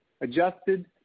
Adjusted